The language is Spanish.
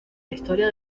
historia